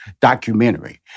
documentary